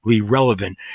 relevant